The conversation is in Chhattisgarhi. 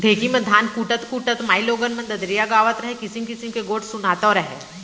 ढेंकी म धान कूटत कूटत माइलोगन मन ददरिया गावत रहयँ, किसिम किसिम के गोठ सुनातव रहयँ